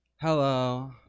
hello